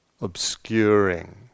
obscuring